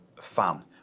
fan